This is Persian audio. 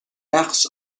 نقش